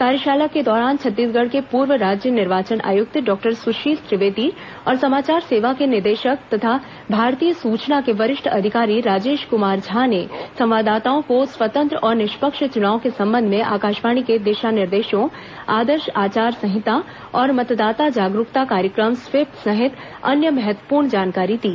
कार्यशाला के दौरान छत्तीसगढ़ के पूर्व राज्य निर्वाचन आयुक्त डॉक्टर सुशील त्रिवेदी और समाचार सेवा के निदेशक तथा भारतीय सूचना के वरिष्ठ अधिकारी राजेश कुमार झा ने संवाददाताओं को स्वतंत्र और निष्पक्ष चुनाव के संबंध में आकाशवाणी के दिशा निर्देशों आदर्श आचरण संहिता और मतदाता जागरूकता कार्यक्रम स्वीप सहित अन्य महत्वपूर्ण जानकारी दी